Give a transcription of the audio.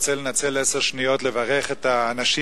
אני רוצה לנצל עשר שניות לברך את האנשים